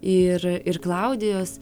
ir ir klaudijos